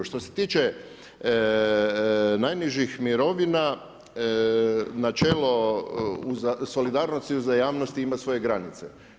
Što se tiče najnižih mirovina, načelo solidarnosti, uzajamnosti ima svoje granice.